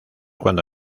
cuando